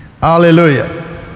Hallelujah